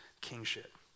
kingship